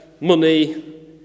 money